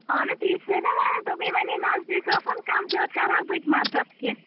اَہنو تی چھےٚ سے نا وَنان وۄنۍ ہَے نزدیٖک آسہٕ ہن کَم زیادٕ کَرٕ ہاکھ بہٕ تہِ مَدَد کیٚنٛہہ